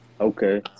Okay